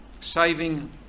saving